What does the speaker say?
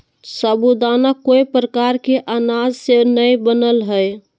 साबूदाना कोय प्रकार के अनाज से नय बनय हइ